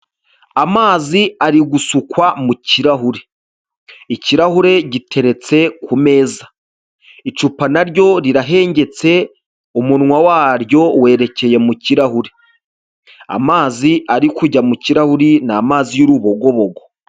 Amazi ari gusukwa mu kirahure, ikirahure giteretse ku meza, icupa na ryo rirahengetse umunwa waryo werekeye mu kirahure, amazi ari kujya mu kirahuri ni amazi y'urubogobogo.